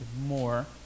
more